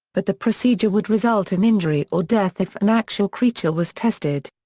but the procedure would result in injury or death if an actual creature was tested.